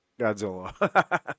Godzilla